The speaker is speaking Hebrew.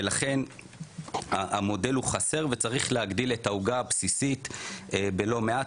ולכן המודל הוא חסר וצריך להגדיל את העוגה הבסיסית בלא מעט.